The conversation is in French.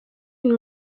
une